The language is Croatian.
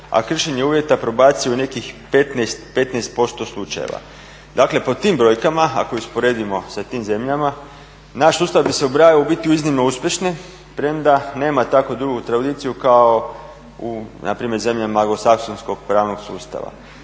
a kršenje uvjeta probacije u nekih 15% slučajeva. Dakle, po tim brojkama, ako ih usporedimo sa tim zemljama naš sustav bi se ubrajao u biti u iznimno uspješne premda nema tako dugu tradiciju kao u na primjer zemljama anglosaksonskog pravnog sustava.